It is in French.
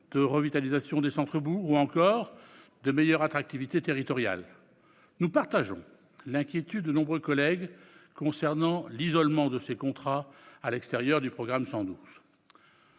de revitaliser les centres-bourgs, ou encore d'accroître l'attractivité territoriale. Nous partageons l'inquiétude de nombre de nos collègues concernant l'isolement de ces contrats à l'extérieur du programme 112.